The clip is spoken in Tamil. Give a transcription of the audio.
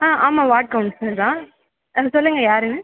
ஆ ஆமாம் வார்டு கவுன்சிலர் தான் ஆ சொல்லுங்கள் யாருனு